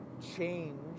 change